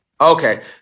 okay